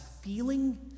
feeling